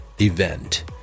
Event